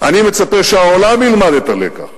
אני מצפה שהעולם ילמד את הלקח